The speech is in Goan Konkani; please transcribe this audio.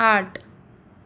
आठ